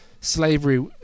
slavery